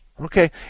Okay